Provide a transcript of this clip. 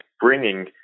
bringing